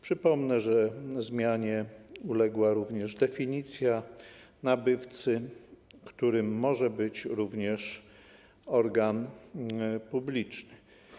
Przypomnę, że zmianie uległa również definicja nabywcy, którym może być również organ publiczny.